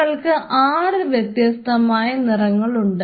നിങ്ങൾക്ക് ആറ് വ്യത്യസ്തമായ നിറങ്ങളുണ്ട്